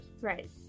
Right